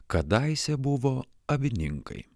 kadaise buvo avininkai